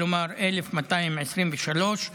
כלומר 1,223 מקרים,